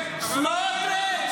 סמוטריץ'.